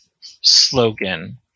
slogan